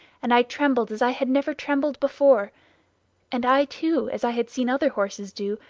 and i trembled as i had never trembled before and i too, as i had seen other horses do,